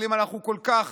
אבל אם אנחנו כל כך